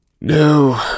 No